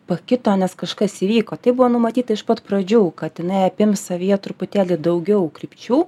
pakito nes kažkas įvyko taip buvo numatyta iš pat pradžių kad inai apims savyje truputėlį daugiau krypčių